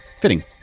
Fitting